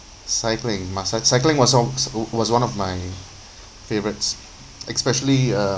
cycling massa~ cycling was o~ s~ was one of my favourites especially uh